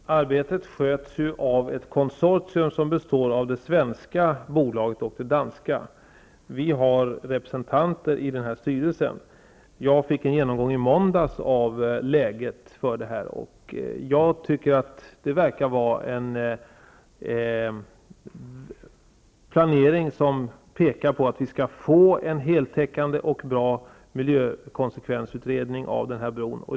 Herr talman! Arbetet sköts ju av ett konsortium som består av det svenska bolaget och det danska. Vi har representanter i styrelsen. Jag fick i måndags en genomgång av läget, och jag tycker att planeringen verkar peka på att vi kommer att få en heltäckande och bra miljökonsekvensutredning av bron.